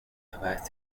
erweist